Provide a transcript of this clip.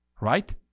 right